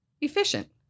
efficient